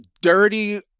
dirty